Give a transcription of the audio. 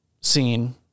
scene